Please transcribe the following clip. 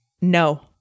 no